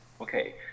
Okay